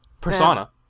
Persona